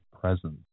presence